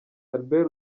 albert